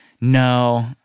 No